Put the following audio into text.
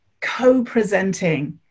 co-presenting